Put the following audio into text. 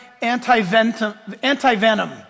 anti-venom